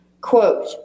Quote